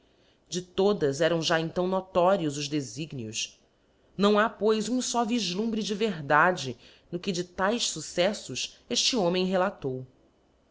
de todas eram já então notórios os defignios não ha pois um fó viflumbre de verdade no que de taes fucceítos efte homem relatou